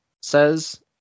says